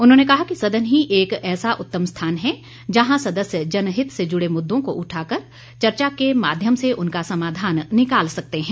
उन्होंने कहा कि सदन ही एक ऐसा उत्तम स्थान है जहां सदस्य जनहित से जुडे मुद्दों को उठाकर चर्चा के माध्यम से उनका समाधान निकाल सकते हैं